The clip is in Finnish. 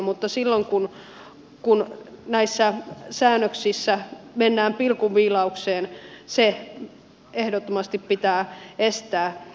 mutta silloin kun näissä säännöksissä mennään pilkun viilaukseen se ehdottomasti pitää estää